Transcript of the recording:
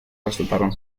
resultaron